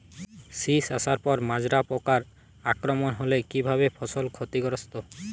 শীষ আসার পর মাজরা পোকার আক্রমণ হলে কী ভাবে ফসল ক্ষতিগ্রস্ত?